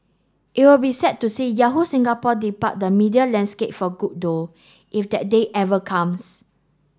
it will be sad to see Yahoo Singapore depart the media landscape for good though if that day ever comes